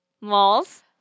Malls